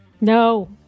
no